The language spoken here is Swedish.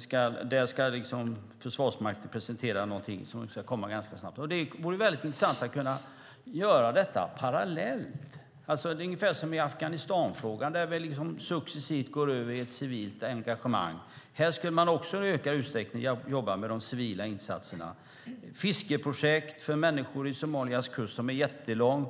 ska presentera någonting som ska komma ganska snabbt. Det vore väldigt intressant att kunna göra detta parallellt. Det är ungefär som i Afghanistanfrågan, där vi successivt går över i ett civilt engagemang. Helst skulle man också i ökad utsträckning jobba med de civila insatserna, till exempel fiskeprojekt för människor vid Somalias kust som är jättelång.